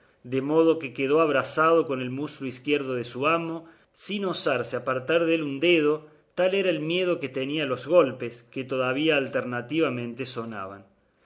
de modo que quedó abrazado con el muslo izquierdo de su amo sin osarse apartar dél un dedo tal era el miedo que tenía a los golpes que todavía alternativamente sonaban